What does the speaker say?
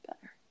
better